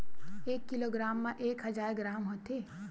एक किलोग्राम मा एक हजार ग्राम होथे